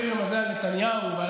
את